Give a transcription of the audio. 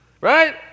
right